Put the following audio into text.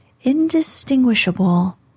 indistinguishable